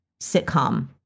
sitcom